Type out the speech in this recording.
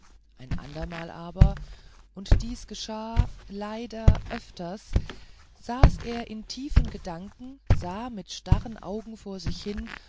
ein andermal aber und dies geschah leider öfters saß er in tiefen gedanken sah mit starren augen vor sich hin